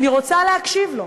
אני רוצה להקשיב לו.